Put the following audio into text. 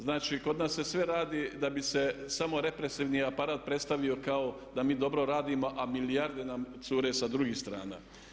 Znači, kod nas se sve radi da bi se samo represivni aparat predstavio kao da mi dobro radimo, a milijarde nam cure sa drugih strana.